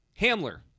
hamler